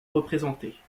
représentées